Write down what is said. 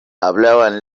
hablaban